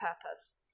purpose